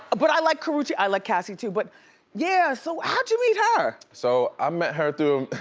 but i like karrueche, i like cassie too, but yeah, so how'd you meet her? so i met her through